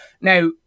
Now